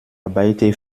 arbeite